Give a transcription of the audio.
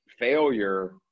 failure